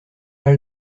pas